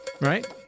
Right